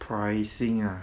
pricing ah